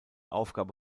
aufgabe